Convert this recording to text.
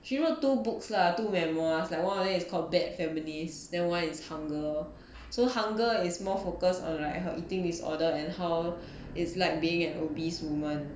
she wrote two books lah two memoirs like one is called bad families then one is hunger so hunger is more focused on like her eating disorder and how it's like being an obese women